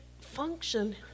function